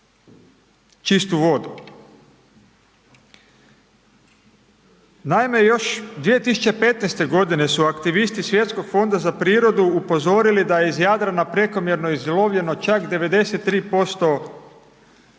čistu vodu. Naime, još 2015. su aktivisti Svjetskog fonda za prirodu upozorili da je iz Jadrana prekomjerno izlovljeno čak 93% ribljih